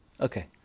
Okay